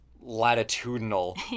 latitudinal